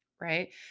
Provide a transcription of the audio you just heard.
Right